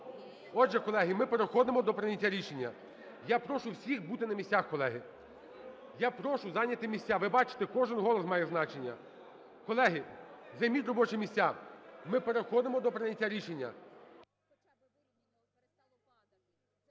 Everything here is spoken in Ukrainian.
Отже, колеги, ми переходимо до прийняття рішення. Я прошу всіх бути на місцях, колеги. Я прошу зайняти місця. Ви бачите, кожен голос має значення. Колеги, займіть робочі місця, ми переходимо до прийняття рішення.